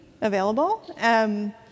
available